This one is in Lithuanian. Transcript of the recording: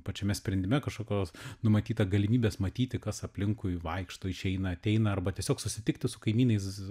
pačiame sprendime kažkokios numatyta galimybės matyti kas aplinkui vaikšto išeina ateina arba tiesiog susitikti su kaimynais